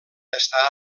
està